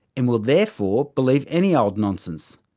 and will therefore believe any old nonsense.